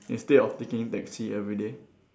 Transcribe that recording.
instead of taking taxi everyday